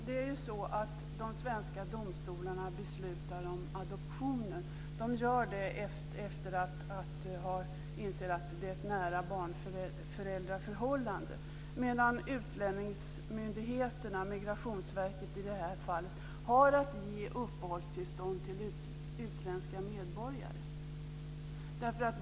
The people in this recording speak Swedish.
Herr talman! De svenska domstolarna som beslutar om adoptioner gör det efter att ha insett att det är ett nära barn-förälder-förhållande, medan utlänningsmyndigheterna, i det här fallet Migrationsverket, har att ge uppehållstillstånd till utländska medborgare.